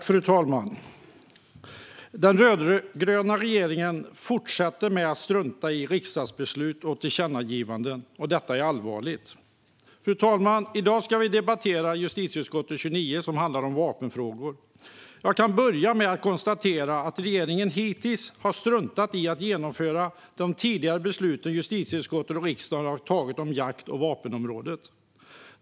Fru talman! Den rödgröna regeringen fortsätter att strunta i riksdagsbeslut och tillkännagivanden. Det är allvarligt. Fru talman! I dag ska vi debattera justitieutskottets betänkande 29 om vapenfrågor. Jag börjar med att konstatera att regeringen hittills har struntat i att genomföra det som justitieutskottet tidigare har föreslagit och riksdagen har fattat beslut om inom jakt och vapenområdet.